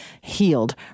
healed